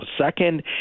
Second